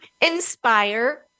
inspire